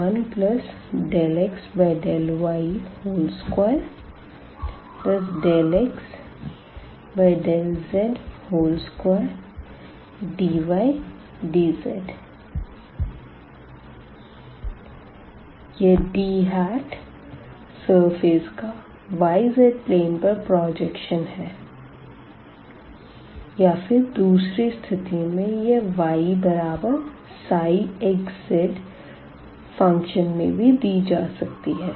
S∬D1∂x∂y2∂x∂z2dydz यह D surface का y z plane पर प्रजेक्शन है या फिर दूसरी स्थिति में यह yψxz फंक्शन में भी दी जा सकती है